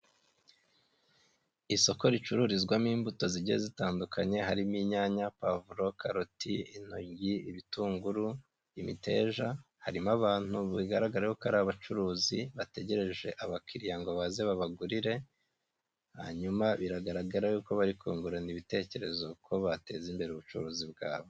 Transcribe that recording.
Isoko ricururizwamo imbuto zigiye zitandukanye harimo inyanya, pavuro, karoti, intoryi, ibitunguru, imiteja harimo abantu bigaragaraho y'uko ari, abacuruzi, bategereje abakiriya ngo baze babagurire, hanyuma biragaragara y'uko bari kungurana ibitekerezo uko bateza imbere ubucuruzi bwabo.